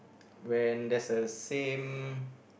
when there's a same